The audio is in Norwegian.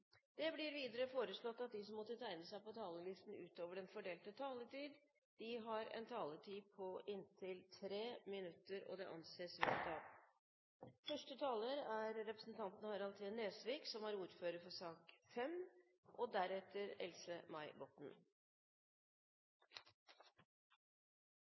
Det blir videre foreslått at de som måtte tegne seg på talerlisten utover den fordelte taletid, får en taletid på inntil 3 minutter. – Det anses vedtatt. Det er